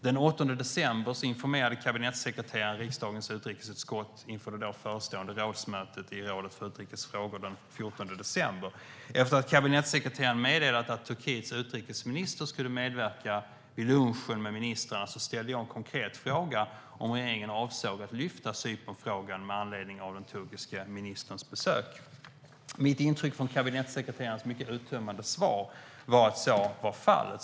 Den 8 december informerade kabinettssekreteraren riksdagens utrikesutskott inför det förestående rådsmötet i rådet för utrikes frågor den 14 december. Efter att kabinettssekreteraren meddelat att Turkiets utrikesminister skulle medverka vid lunchen med ministrarna ställde jag en konkret fråga om regeringen avsåg att lyfta upp Cypernfrågan med anledning av den turkiske ministerns besök. Mitt intryck från kabinettssekreterarens mycket uttömmande svar var att så var fallet.